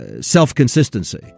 self-consistency